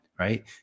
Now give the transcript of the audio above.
right